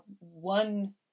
one